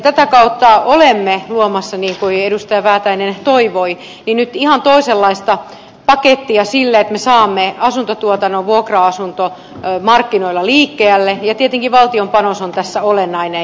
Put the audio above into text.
tätä kautta olemme luomassa niin kuin edustaja väätäinen toivoi nyt ihan toisenlaista pakettia sille että me saamme asuntotuotannon vuokra asuntomarkkinoilla liikkeelle ja tietenkin valtion panos on tässä olennainen